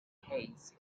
hayes